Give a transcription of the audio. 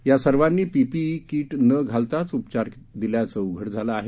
या सर्वांनी PPE kit न घालताच उपचार दिल्याचं उघड झालं आहे